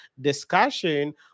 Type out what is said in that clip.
discussion